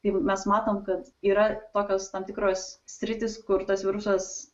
tai mes matom kad yra tokios tam tikros sritys kur tas virusas